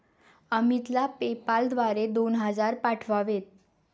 अमितला पेपाल द्वारे दोन हजार पाठवावेत